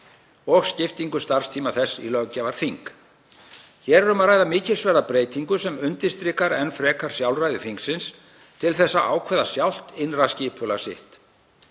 og skiptingu starfstíma þess í löggjafarþing. Hér er um að ræða mikilsverða breytingu sem undirstrikar enn frekar sjálfræði þingsins til að ákveða sjálft innra skipulag sitt.